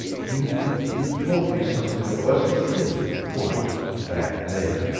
you you told me something that wasn't true once back there,